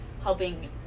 helping